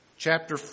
Chapter